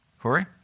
Corey